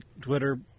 Twitter –